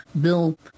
Bill